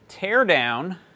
teardown